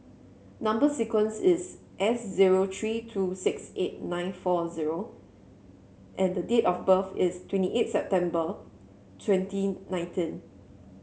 number sequence is S zero three two six eight nine four zero and date of birth is twenty eight September twenty nineteen